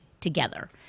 together